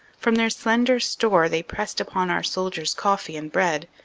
from their slender store they pressed upon our soldiers coffee and bread,